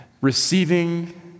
Receiving